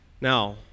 Now